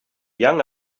young